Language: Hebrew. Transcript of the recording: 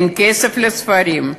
אין כסף לספרים,